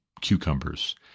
cucumbers